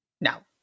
Now